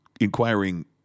inquiring